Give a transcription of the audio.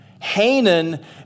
Hanan